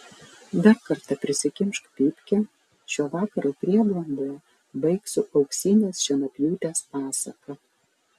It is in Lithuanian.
dar kartą prisikimšk pypkę šio vakaro prieblandoje baigsiu auksinės šienapjūtės pasaką